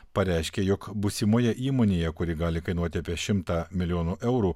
pareiškė jog būsimoje įmonėje kuri gali kainuoti apie šimtą milijonų eurų